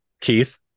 Keith